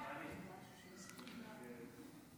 הסתייגות 2 לא נתקבלה.